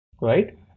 right